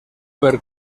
per